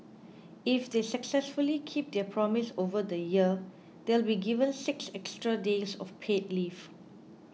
if they successfully keep their promise over the year they'll be given six extra days of paid leave